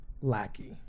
Lackey